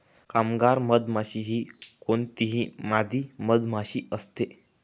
कामगार मधमाशी ही कोणतीही मादी मधमाशी असते